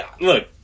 look